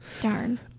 Darn